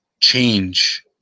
change